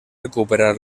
recuperar